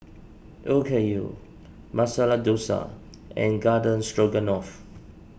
Okayu Masala Dosa and Garden Stroganoff